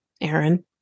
Aaron